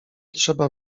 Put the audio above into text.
trzeba